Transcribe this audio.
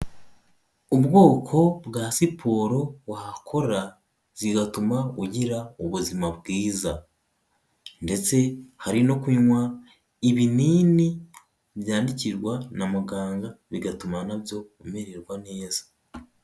Ubwoko bwa siporo wakora zigatuma ugira ubuzima bwiza, ndetse hari no kunywa ibinini byandikirwa na muganga, bigatuma na byo umererwa neza.